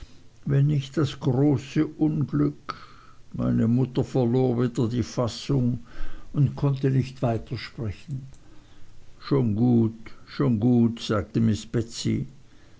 wenn nicht das große unglück meine mutter verlor wieder die fassung und konnte nicht weitersprechen schon gut schon gut sagte miß